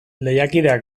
lehiakideak